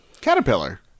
Caterpillar